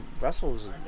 wrestles